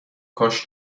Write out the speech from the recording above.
کاش